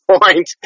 point